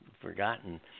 forgotten